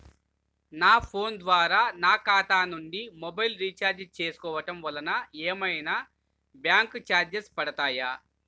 నా ఫోన్ ద్వారా నా ఖాతా నుండి మొబైల్ రీఛార్జ్ చేసుకోవటం వలన ఏమైనా బ్యాంకు చార్జెస్ పడతాయా?